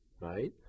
right